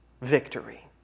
victory